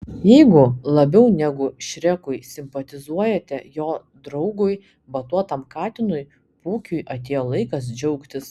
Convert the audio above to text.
jeigu labiau negu šrekui simpatizuojate jo draugui batuotam katinui pūkiui atėjo laikas džiaugtis